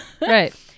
right